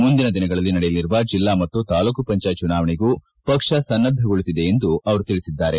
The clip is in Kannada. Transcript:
ಮುಂದಿನ ದಿನಗಳಲ್ಲಿ ನಡೆಯಲಿರುವ ಜಿಲ್ಲಾ ಮತ್ತು ತಾಲೂಕು ಪಂಜಾಯತ್ ಚುನಾವಣೆಗೂ ಪಕ್ಷ ಸನ್ನದ್ದಗೊಳ್ಳುತ್ತಿದೆ ಎಂದು ಅವರು ತಿಳಿಸಿದ್ದಾರೆ